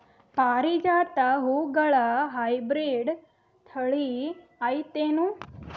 ಪಾರಿಜಾತ ಹೂವುಗಳ ಹೈಬ್ರಿಡ್ ಥಳಿ ಐತೇನು?